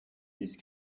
fils